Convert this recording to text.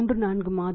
34 மாதங்கள்